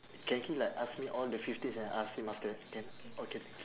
can he like ask me all the fifteen and I ask him after that can okay